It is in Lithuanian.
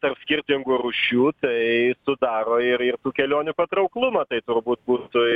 tarp skirtingų rūšių tai sudaro ir ir tų kelionių patrauklumą tai turbūt būtų